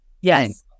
Yes